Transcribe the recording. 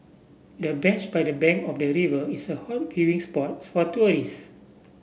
the bench by the bank of the river is a hot viewing spot for tourists